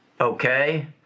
okay